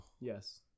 Yes